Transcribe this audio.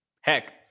Heck